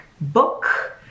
book